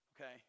Okay